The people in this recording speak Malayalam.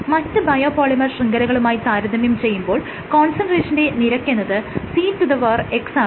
മറ്റ് ബയോപോളിമർ ശൃംഖലകളുമായി താരതമ്യം ചെയ്യുമ്പോൾ കോൺസെൻട്രേഷന്റെ നിരക്കെന്നത് Cx ആകുന്നു